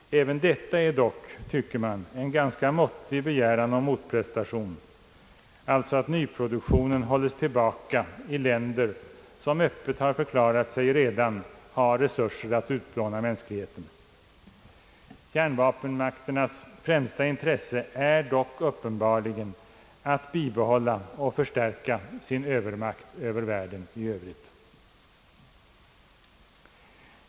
Även detta är dock, tycker man, en ganska måttlig begäran om motprestation; alltså att nyproduktionen hålls tillbaka i länder som öppet har förklarat sig redan ha resurser att utplåna mänskligheten. Kärnvapenmakternas främsta intresse är dock uppenbarligen att bibehålla och förstärka sin övermakt över världen i övrigt.